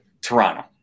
Toronto